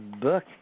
book